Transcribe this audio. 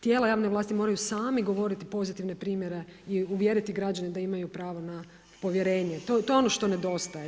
Tijela javne vlasti moraju sami govoriti pozitivne primjere i uvjeriti građane da imaju pravo na povjerenje, to je ono što nedostaje.